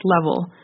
level